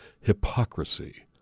hypocrisy